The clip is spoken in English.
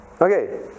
Okay